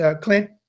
Clint